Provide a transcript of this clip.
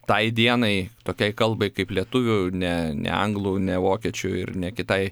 tai dienai tokiai kalbai kaip lietuvių ne ne anglų ne vokiečių ir ne kitai